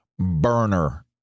burner